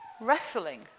Wrestling